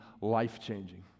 life-changing